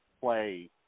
play